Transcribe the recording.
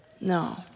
No